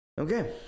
Okay